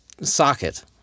socket